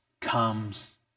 comes